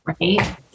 Right